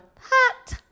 hot